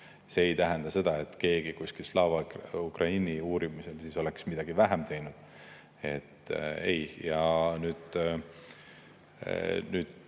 See ei tähenda seda, et keegi oleks Slava Ukraini uurimisel midagi vähem teinud. Ei.